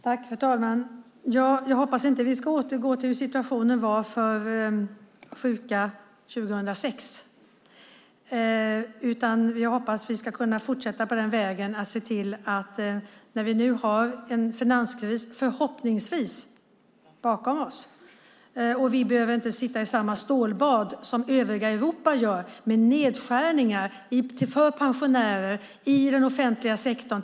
Fru talman! Jag hoppas att vi inte ska återgå till hur situationen var för sjuka 2006, utan att vi ska kunna fortsätta på den inslagna vägen när vi nu förhoppningsvis har finanskrisen bakom oss. Vi behöver inte sitta i samma stålbad som övriga Europa gör med nedskärningar för pensionärer och i den offentliga sektorn.